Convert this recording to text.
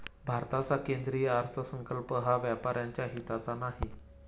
भारताचा केंद्रीय अर्थसंकल्प हा व्यापाऱ्यांच्या हिताचा नाही